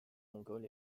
mongols